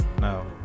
no